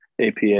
APA